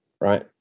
right